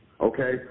Okay